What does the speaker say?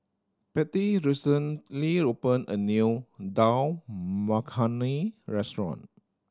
Pattie recently opened a new Dal Makhani Restaurant